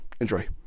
Enjoy